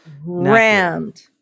rammed